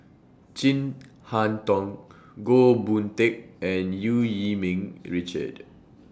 Chin Harn Tong Goh Boon Teck and EU Yee Ming Richard